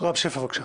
רם שפע, בבקשה.